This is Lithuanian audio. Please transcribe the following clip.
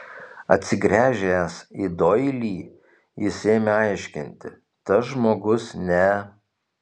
atsigręžęs į doilį jis ėmė aiškinti tas žmogus ne